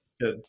Good